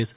yes